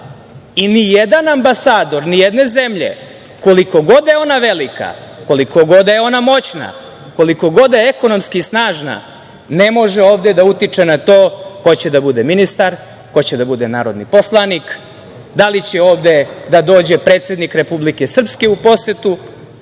i nijedan ambasador nijedne zemlje, koliko god da je ona velika, koliko god da je ona moćna, koliko god da je ekonomski snažna, ne može ovde da utiče na to ko će da bude ministar, ko će da bude narodni poslanik, da li će ovde da dođe predsednik Republike Srpske u posetu